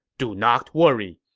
do not worry.